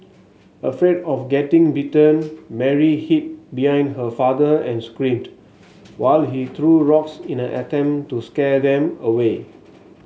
afraid of getting bitten Mary hid behind her father and screamed while he threw rocks in an attempt to scare them away